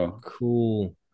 Cool